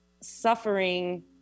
suffering